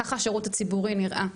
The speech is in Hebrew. ככה השירות הציבורי נראה.